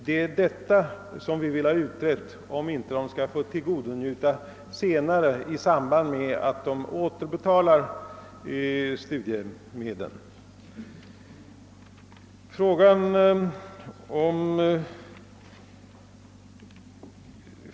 Vi önskar få till stånd en utredning om de studerande inte skulle kunna få tillgodonjuta dessa avdrag när de senare återbetalar studiemedlen.